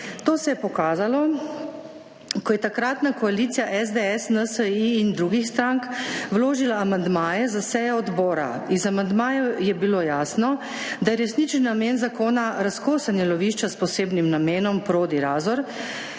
To se je pokazalo, ko je takratna koalicija SDS, NSi in drugih strank vložila amandmaje za sejo odbora. Iz amandmajev je bilo jasno, da je resnični namen zakona razkosanje lovišča s posebnim namenom Prodi Razor